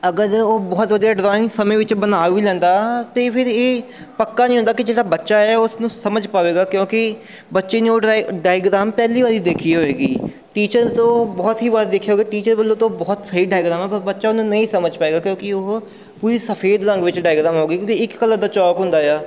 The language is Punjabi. ਅਗਰ ਉਹ ਬਹੁਤ ਵਧੀਆ ਡਿਜ਼ਾਇਨ ਸਮੇਂ ਵਿੱਚ ਬਣਾ ਵੀ ਲੈਂਦਾ ਅਤੇ ਫਿਰ ਇਹ ਪੱਕਾ ਨਹੀਂ ਹੁੰਦਾ ਕਿ ਜਿਹੜਾ ਬੱਚਾ ਹੈ ਉਸ ਨੂੰ ਸਮਝ ਪਵੇਗਾ ਕਿਉਂਕਿ ਬੱਚੇ ਨੂੰ ਉਹ ਡਾਇ ਡਾਇਗ੍ਰਾਮ ਪਹਿਲੀ ਵਾਰੀ ਦੇਖੀ ਹੋਏਗੀ ਟੀਚਰ ਤੋਂ ਬਹੁਤ ਹੀ ਵਾਰ ਦੇਖਿਆ ਹੋਗਾ ਟੀਚਰ ਵੱਲੋਂ ਤੋਂ ਬਹੁਤ ਸਹੀ ਡਾਇਗ੍ਰਾਮ ਆ ਪਰ ਬੱਚਾ ਉਹਨੂੰ ਨਹੀਂ ਸਮਝ ਪਾਏਗਾ ਕਿਉਂਕਿ ਉਹ ਪੂਰੀ ਸਫੇਦ ਰੰਗ ਵਿੱਚ ਡਾਇਗ੍ਰਾਮ ਹੋ ਗਈ ਕਿਉਂਕਿ ਇੱਕ ਕਲਰ ਦਾ ਚੌਕ ਹੁੰਦਾ ਆ